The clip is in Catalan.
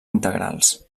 integrals